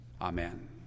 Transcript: Amen